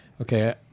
Okay